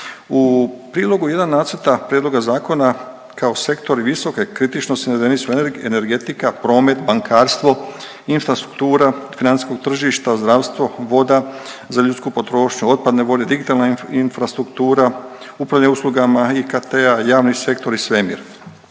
U prilogu 1. Nacrta prijedloga zakona kao Sektor visoke kritičnosti …/Govornik se ne razumije./… energetika, promet, bankarstvo, infrastruktura financijskog tržišta, zdravstvo, voda za ljudsku potrošnju, otpadne vode, digitalna infrastruktura, upravljanje uslugama, …/Govornik se